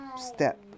step